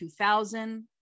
2000